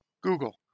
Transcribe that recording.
Google